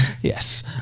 Yes